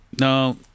No